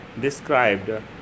described